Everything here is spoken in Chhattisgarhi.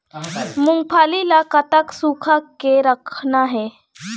मूंगफली ला कतक सूखा के रखना हे?